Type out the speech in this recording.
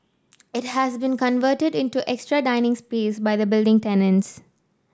it has been converted into extra dining space by the building tenants